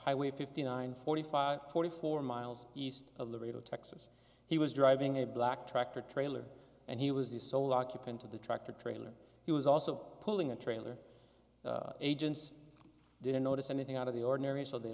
highway fifty nine forty five forty four miles east of the rio texas he was driving a black tractor trailer and he was the sole occupant of the tractor trailer he was also pulling a trailer agents didn't notice anything out of the ordinary so they